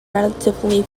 relatively